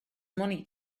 money